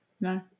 No